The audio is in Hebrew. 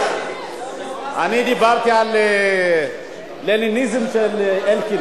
אני דיברתי על לניניזם של אלקין,